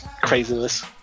craziness